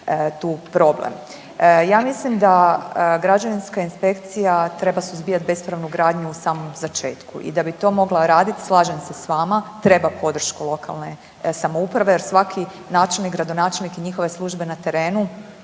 Ja mislim da građevinska inspekcija treba suzbijati bespravnu gradnju u samom začetku. I da bi to mogla raditi, slažem se s vama treba podršku lokalne samouprave jer svaki načelnik, gradonačelnik i njihove službe na terenu